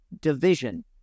division